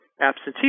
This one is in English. absentee